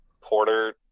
Porter